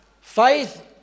Faith